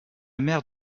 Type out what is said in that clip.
mère